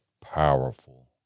powerful